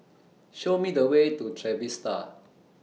Show Me The Way to Trevista